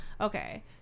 Okay